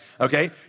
okay